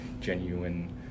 genuine